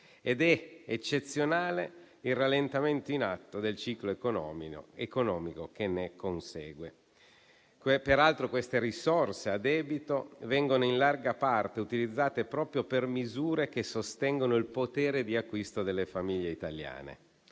Ed è eccezionale il rallentamento del ciclo economico che ne consegue. Peraltro, queste risorse a debito vengono in larga parte utilizzate proprio per misure che sostengono il potere d'acquisto delle famiglie italiane.